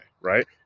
Right